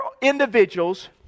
individuals